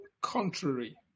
contrary